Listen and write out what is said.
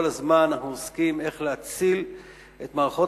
כל הזמן אנחנו עוסקים בשאלה איך להציל את מערכות